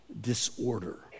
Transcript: disorder